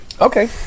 Okay